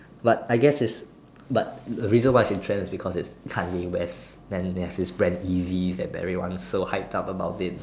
but I guess is but the reason why is in trend is because Kanye-West then there's this brand Yeezy and everyone so hype up about it